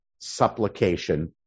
supplication